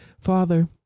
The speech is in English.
Father